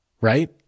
right